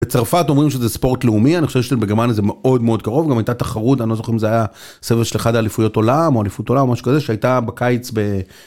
בצרפת אומרים שזה ספורט לאומי אני חושב שבגרמניה זה מאוד מאוד קרוב גם הייתה תחרות אני לא זוכר אם זה היה סבב של אחד האליפויות עולם או אליפות עולם או משהו כזה שהייתה בקיץ.